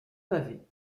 pavée